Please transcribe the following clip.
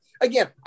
Again